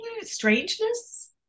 Strangeness